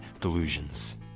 delusions